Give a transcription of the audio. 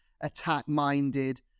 attack-minded